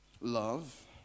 Love